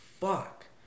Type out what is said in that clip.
fuck